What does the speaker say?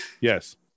Yes